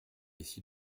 ici